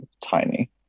tiny